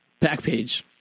Backpage